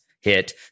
hit